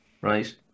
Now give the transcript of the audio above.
Right